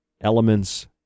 elements